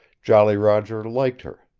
jolly roger liked her.